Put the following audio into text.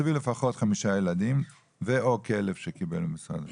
תכתבי לפחות חמישה ילדים ו/או כלב שקיבל ממשרד הביטחון.